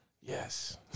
Yes